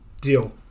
Deal